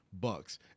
Bucks